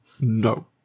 no